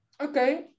Okay